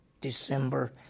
December